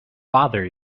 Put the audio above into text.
bother